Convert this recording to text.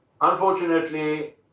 Unfortunately